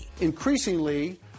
Increasingly